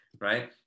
Right